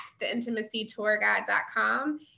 theintimacytourguide.com